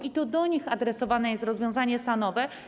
I to do nich adresowane jest rozwiązanie SAN-owe.